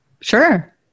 Sure